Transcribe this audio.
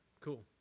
cool